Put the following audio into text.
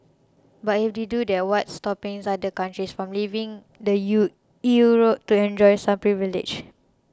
but if they do that what's stopping other countries from leaving the U E U to enjoy same privileges